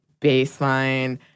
baseline